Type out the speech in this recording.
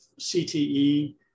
CTE